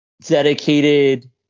dedicated